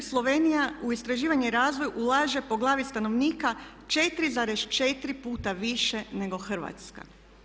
Slovenija u istraživanje i razvoj ulaže po glavi stanovnika 4,4 puta više nego Hrvatska.